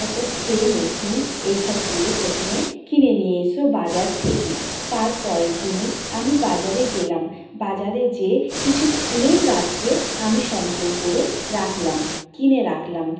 একটা spray machine এই সবগুলো প্রথমে কিনে নিয়ে এসো বাজার থেকে তার পরের দিনে আমি বাজারে গেলাম বাজারে যেয়ে কিছু ফুলের গাছকে আমি সঞ্চয় করে রাখলাম কিনে রাখলাম